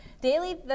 Daily